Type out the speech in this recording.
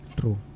true